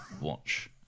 watch